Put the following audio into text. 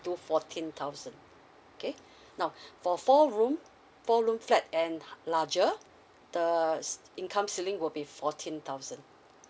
to fourteen thousand okay now for four room four room flat and larger the income ceiling will be fourteen thousand